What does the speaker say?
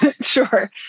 Sure